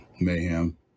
mayhem